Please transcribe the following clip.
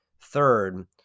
Third